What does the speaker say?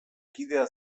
kidea